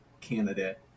candidate